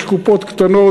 יש קופות קטנות,